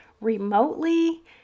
remotely